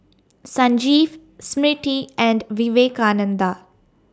Sanjeev Smriti and Vivekananda